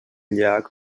llac